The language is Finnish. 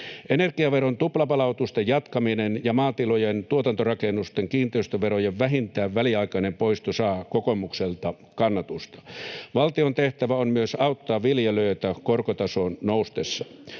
Energiaveron tuplapalautusten jatkaminen ja maatilojen tuotantorakennusten kiinteistöverojen vähintään väliaikainen poisto saavat kokoomukselta kannatusta. Valtion tehtävä on myös auttaa viljelijöitä korkotason noustessa.